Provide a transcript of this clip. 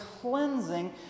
cleansing